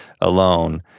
alone